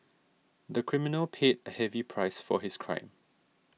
the criminal paid a heavy price for his crime